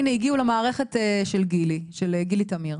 הנה הגיעו למערכת של גילי תמיר,